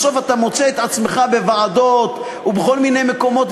בסוף אתה מוצא את עצמך בוועדות ובכל מיני מקומות,